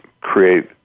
create